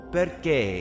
Perché